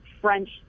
French